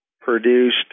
produced